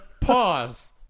Pause